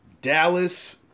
Dallas